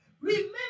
remember